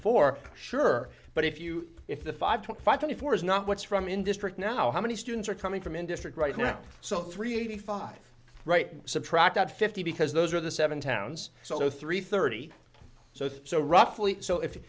four sure but if you if the five twenty five twenty four is not what's from in district now how many students are coming from in district right now so three eighty five right subtract out fifty because those are the seven towns so three thirty so so roughly so if